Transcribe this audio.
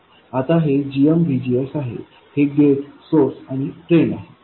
आता हे gmVGSआहे हे गेट सोर्स आणि ड्रेन आहे